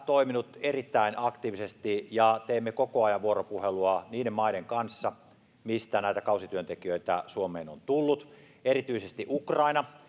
toiminut erittäin aktiivisesti ja teemme koko ajan vuoropuhelua niiden maiden kanssa mistä näitä kausityöntekijöitä suomeen on tullut erityisesti ukraina